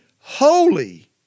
Holy